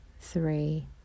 three